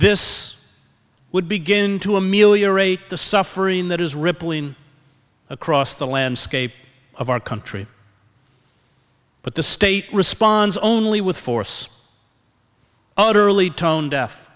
this would begin to ameliorate the suffering that is rippling across the landscape of our country but the state responds only with force utterly tone deaf